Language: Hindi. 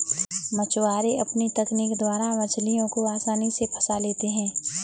मछुआरे अपनी तकनीक द्वारा मछलियों को आसानी से फंसा लेते हैं